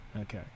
Okay